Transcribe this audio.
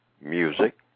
music